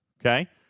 Okay